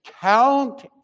count